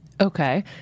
okay